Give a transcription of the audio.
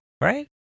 right